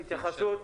יש התייחסות?